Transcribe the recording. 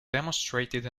demonstrated